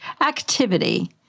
activity